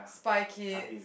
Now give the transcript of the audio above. Spy Kids